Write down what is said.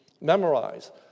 memorize